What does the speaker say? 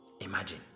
Imagine